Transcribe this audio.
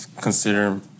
consider